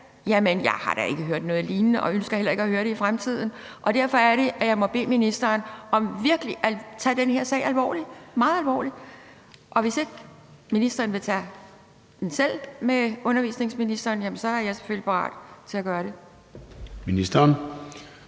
jeg har da ikke hørt noget lignende og ønsker heller ikke at høre det i fremtiden. Derfor må jeg bede ministeren om virkelig at tage den her sag alvorligt, meget alvorligt, og hvis ikke ministeren vil tage den selv med undervisningsministeren, er jeg selvfølgelig parat til at gøre det. Kl.